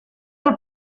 del